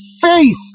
face